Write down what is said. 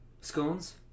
Scones